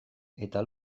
eta